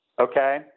Okay